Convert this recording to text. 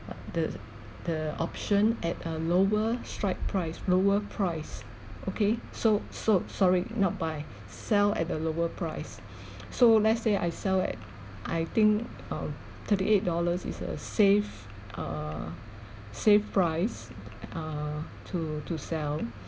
the the option at a lower strike price lower price okay so so sorry not buy sell at a lower price so let's say I sell at I think um thirty-eight dollars is a safe err safe price err to to sell